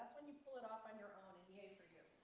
when you pull it off on your own and yay for you.